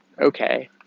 okay